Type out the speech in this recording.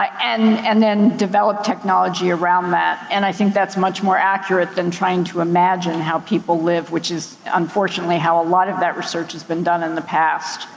and and then develop technology around that. and i think that's much more accurate than trying to imagine how people live. which is unfortunately, how a lot of that research has been done in the past.